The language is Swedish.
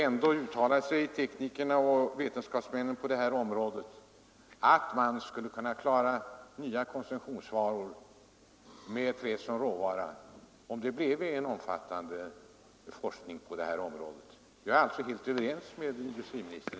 Ändå har teknikerna och vetenskapsmännen uttalat att man skulle kunna få fram nya konsumtionsvaror med trä som råvara, om det bleve en omfattande forskning på detta område. Jag är alltså i det fallet helt överens med industriministern.